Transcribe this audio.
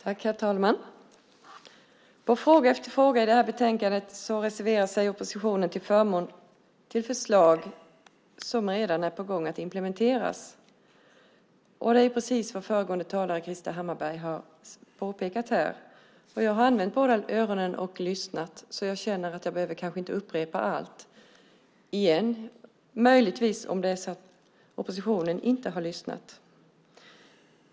Herr talman! I fråga efter fråga i betänkandet reserverar sig oppositionen till förmån för förslag som man redan är i färd med att implementera. Det är precis vad föregående talare, Krister Hammarbergh, här har påpekat. Jag har använt båda öronen till att lyssna så jag känner att jag kanske inte behöver upprepa allt om det nu möjligtvis är så att oppositionen inte har lyssnat.